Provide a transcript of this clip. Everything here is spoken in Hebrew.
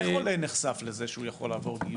איך עולה נחשף לזה שהוא יכול לעבור גיור?